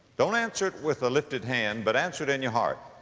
don't answer it with a lifted hand but answer it in your heart.